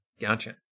gotcha